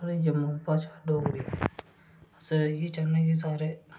साढ़े जम्मू भाषा डोगरी अस इ'यै चाह्न्ने कि सारे